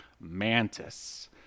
Mantis